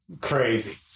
Crazy